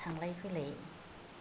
थांलाय फैलाय